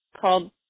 called